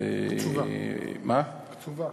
היא קצובה.